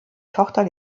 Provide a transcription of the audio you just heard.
tochter